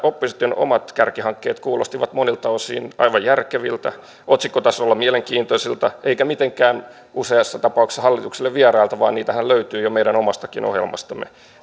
opposition omat kärkihankkeet kuulostivat monilta osin aivan järkeviltä otsikkotasolla mielenkiintoisilta eivätkä mitenkään useassa tapauksessa hallitukselle vierailta vaan niitähän löytyy jo meidän omastakin ohjelmastamme